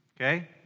okay